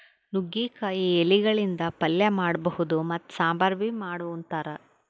ನುಗ್ಗಿಕಾಯಿ ಎಲಿಗಳಿಂದ್ ಪಲ್ಯ ಮಾಡಬಹುದ್ ಮತ್ತ್ ಸಾಂಬಾರ್ ಬಿ ಮಾಡ್ ಉಂತಾರ್